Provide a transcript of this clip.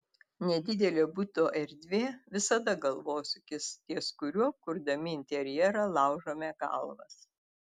nedidelė buto erdvė visada galvosūkis ties kuriuo kurdami interjerą laužome galvas